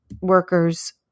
workers